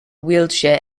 wheelchair